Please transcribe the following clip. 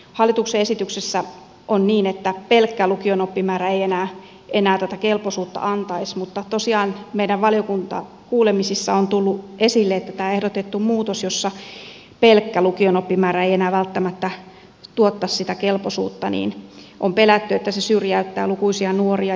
hallituksen esityksessä on niin että pelkkä lukion oppimäärä ei enää tätä kelpoisuutta antaisi mutta tosiaan meidän valiokuntakuulemisissamme on pelätty että tämä ehdotettu muutos jossa pelkkä lukion oppimäärä ei enää välttämättä tuottaisi sitä kelpoisuutta niin on pelätty että se syrjäyttää lukuisia nuoria